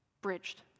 bridged